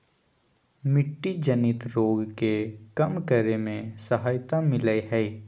मिट्टी जनित रोग के कम करे में सहायता मिलैय हइ